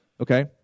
Okay